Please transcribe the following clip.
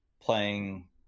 playing